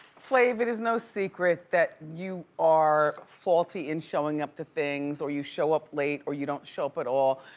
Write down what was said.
flav, it is no secret that you are faulty in showing up to things or you show up late or you don't show up at all.